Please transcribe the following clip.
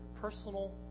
personal